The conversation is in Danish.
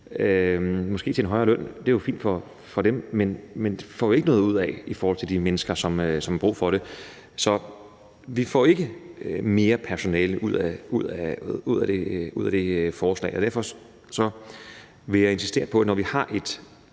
måske til en højere løn – og det er jo fint for dem. Men det får vi ikke noget ud af i forhold til de mennesker, som har brug for det. Vi får ikke mere personale ud af det forslag, og derfor vil jeg insistere på, at når vi har et